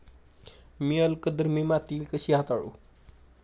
मी अल्कधर्मी माती कशी हाताळू?